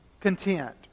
content